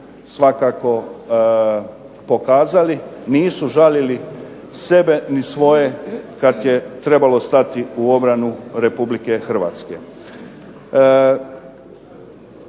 svakako pokazali, nisu žalili sebe ni svoje kad je trebalo stati u obranu Republike Hrvatske.